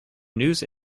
news